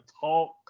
talk